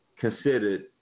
considered